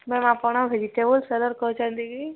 ma'am ଆପଣ vegetable କହୁଛନ୍ତି କି